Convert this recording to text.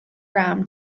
rum